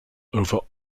over